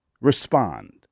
respond